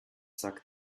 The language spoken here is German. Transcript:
sagt